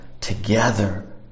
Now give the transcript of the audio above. together